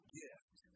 gift